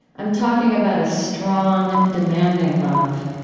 i'm talking about a strong, demanding love.